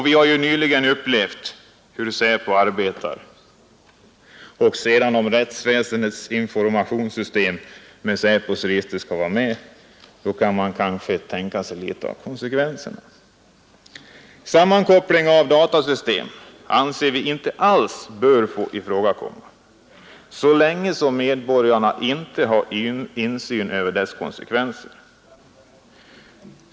Vi har nyligen upplevt hur SÄPO arbetar, och om sedan också rättsväsendets informationssystem med SÄPO:s register skall vara med, kan man kanske tänka sig konsekvenserna. Någon sammankoppling av datasystem anser vi inte alls bör få ifrågakomma så länge medborgarna inte har någon insyn och kan förutse konsekvenserna.